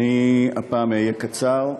הפעם אהיה קצר.